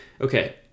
okay